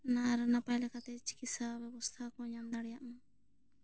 ᱚᱱᱟ ᱟᱨ ᱱᱟᱯᱟᱭ ᱞᱮᱠᱟ ᱪᱤᱠᱤᱛᱥᱟ ᱵᱮᱵᱚᱥᱛᱷᱟ ᱠᱚ ᱧᱟᱢ ᱫᱟᱲᱮᱭᱟᱜᱼᱢᱟ